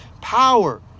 power